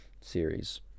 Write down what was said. series